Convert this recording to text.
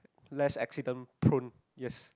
less accident prone yes